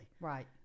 Right